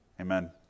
Amen